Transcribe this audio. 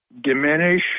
diminish